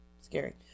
scary